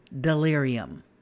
delirium